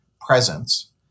presence